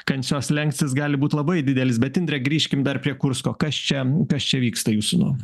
kančios slenkstis gali būti labai didelis bet indre grįžkim dar prie kursko kas čia kas čia vyksta jūsų nuomone